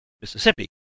Mississippi